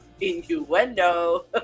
Innuendo